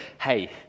hey